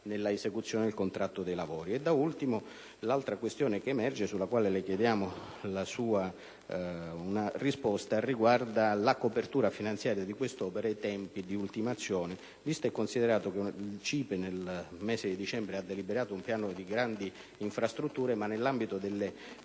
nella esecuzione del contratto dei lavori. L'ultima questione che emerge, sulla quale chiediamo una risposta, riguarda la copertura finanziaria di quest'opera e i suoi tempi di ultimazione. Il CIPE, nel mese di dicembre, ha deliberato un piano di grandi infrastrutture ma, nell'ambito delle